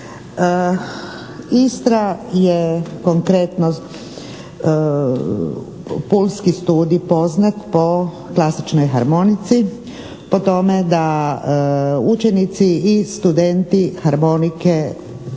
Istra je konkretno, Pulski studij poznat po klasičnoj harmonici, po tome da učenici i studenti harmonike